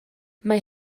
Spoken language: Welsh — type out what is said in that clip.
mae